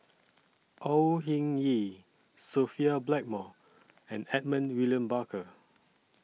Au Hing Yee Sophia Blackmore and Edmund William Barker